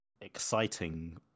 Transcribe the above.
exciting